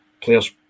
players